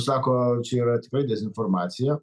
sako čia yra tikrai dezinformacija